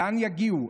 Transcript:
לאן יגיעו?